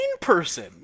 person